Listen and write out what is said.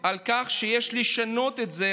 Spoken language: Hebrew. תילחמו בזה.